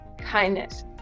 kindness